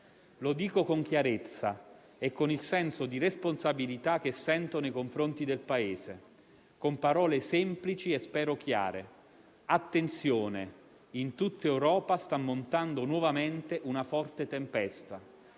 Lo dico con chiarezza e con il senso di responsabilità che sento nei confronti del Paese, con parole semplici e spero chiare: attenzione, in tutta Europa sta montando nuovamente una forte tempesta.